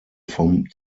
vom